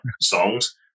songs